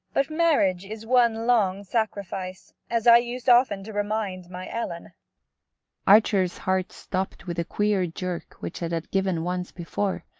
but marriage is one long sacrifice, as i used often to remind my ellen archer's heart stopped with the queer jerk which it had given once before,